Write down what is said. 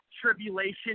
Tribulation